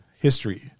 history